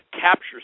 capture